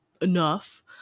enough